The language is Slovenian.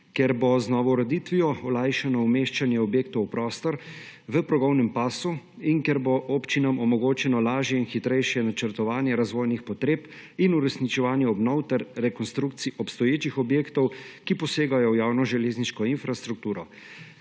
ker bo z novo ureditvijo olajšano umeščanje objektov v prostor v progovnem pasu in ker bo občinam omogočeno lažje in hitrejše načrtovanje razvojnih potreb in uresničevanje obnov ter rekonstrukcij obstoječih objektov, ki posegajo v javno železniško infrastrukturo,